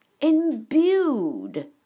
imbued